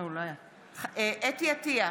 אתי עטייה,